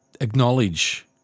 acknowledge